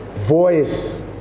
voice